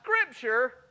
Scripture